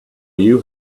you